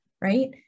right